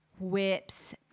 Whips